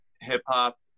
hip-hop